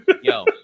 yo